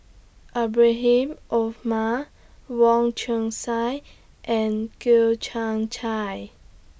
Ibrahim Omar Wong Chong Sai and Kian Chai